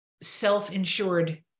self-insured